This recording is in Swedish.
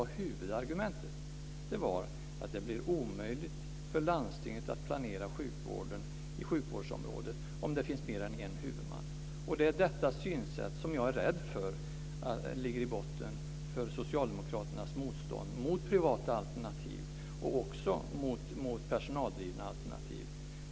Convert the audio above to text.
Huvudargumentet var att det skulle bli omöjligt för landstinget att planera sjukvården i sjukvårdsområdet om det fanns mer än en huvudman. Jag är rädd för att det är detta synsätt som ligger i botten för Socialdemokraternas motstånd mot privata alternativ och också mot personaldrivna alternativ.